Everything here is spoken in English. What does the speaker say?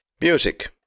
Music